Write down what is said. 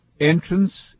Entrance